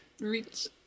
reach